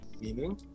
meaning